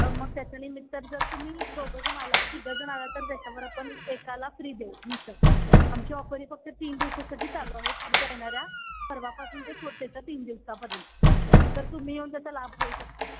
मग त्याच्या निमित्त तर जर तुम्ही दोघंजण आला तिघंजण आला तर त्याच्यावर आपण एकाला फ्री देऊ मिसळ आमची ऑफर ही फक्त तीन दिवसासाठी चालू आहे पुढच्या येणाऱ्या परवापासून ते पुढच्या तीन दिवसापर्यंत तर तुम्ही येऊन त्याचा लाभ घेऊ शकता